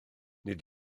nid